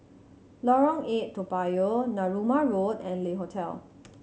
Lorong Eight Toa Payoh Narooma Road and Le Hotel